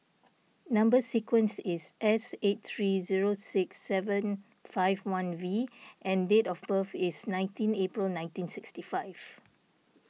Number Sequence is S eight three zero six seven five one V and date of birth is nineteen April nineteen sixty five